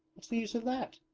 what's the use of that